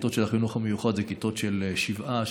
החינוך המיוחד הן כיתות של שבעה,